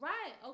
Right